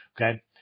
Okay